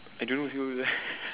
I don't know what's over there